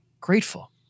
grateful